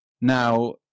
now